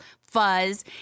fuzz